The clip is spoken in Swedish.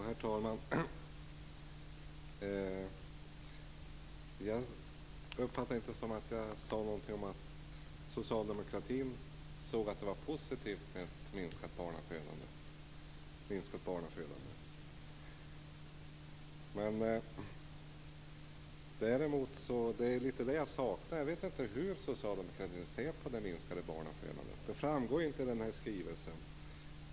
Herr talman! Jag uppfattade inte att jag sade något om att socialdemokratin såg det som positivt med ett minskat barnafödande. Men jag vet inte riktigt hur Socialdemokraterna ser på det minskade barnafödandet. Det framgår inte av skrivelsen.